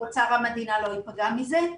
אוצר המדינה לא ייפגע מזה,